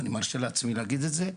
אני מרשה לעצמי להגיד את זה,